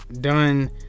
done